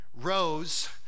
rose